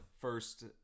first